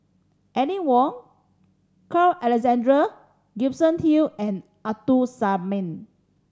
Aline Wong Carl Alexander Gibson Hill and Abdul Samad